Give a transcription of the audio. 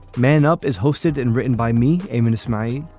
man up is hosted and written by me. um and it's my.